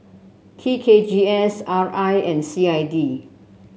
T K G S R I and C I D